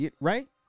Right